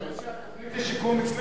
אני רואה שהתוכנית לשיקום הצליחה.